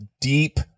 deep